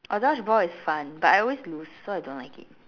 oh dodgeball is fun but I always lose so I don't like it